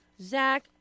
Zach